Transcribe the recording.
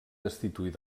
destituir